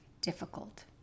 difficult